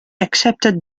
accepted